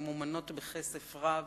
ממומנות בכסף רב,